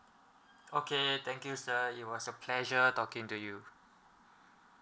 okay thank you sir it was a pleasure talking to you